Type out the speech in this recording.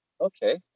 okay